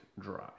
dry